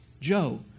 Joe